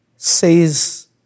says